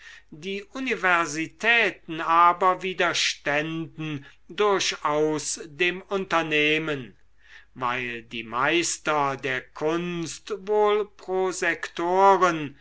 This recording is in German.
die universitäten aber widerstünden durchaus dem unternehmen weil die meister der kunst wohl